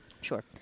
Sure